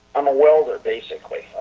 i'm a welder basically.